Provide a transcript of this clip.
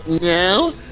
now